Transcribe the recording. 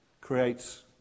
creates